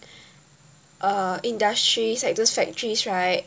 uh industries like those factories right